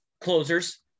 closers